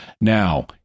Now